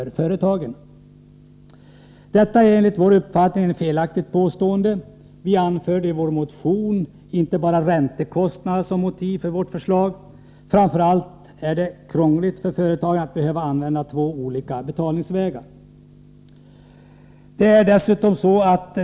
Detta är enligt vår uppfattning ett felaktigt påstående. Vi anförde inte bara räntekostnaderna som motiv för vårt förslag, utan framför allt det krångel det innebär för företagen när de måste använda två olika betalningsvägar.